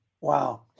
wow